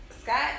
Scott